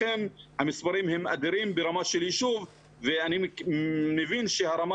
המספרים הם אדירים ברמה של ישוב ואני מבין שהרמה